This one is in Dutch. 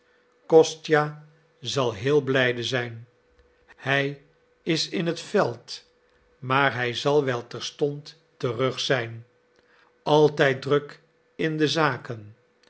kostja zal heel blijde zijn hij is in het veld maar hij zal wel terstond terug zijn altijd druk in de zaken